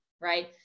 right